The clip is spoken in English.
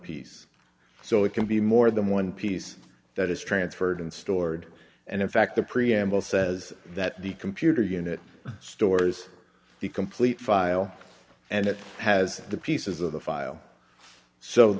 piece so it can be more than one piece that is transferred and stored and in fact the preamble says that the computer unit stores the complete file and it has the pieces of the file so